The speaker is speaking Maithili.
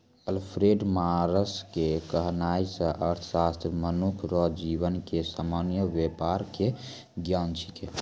अल्फ्रेड मार्शल के कहनाय छै अर्थशास्त्र मनुख रो जीवन के सामान्य वेपार के ज्ञान छिकै